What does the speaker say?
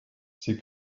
sie